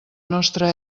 nostra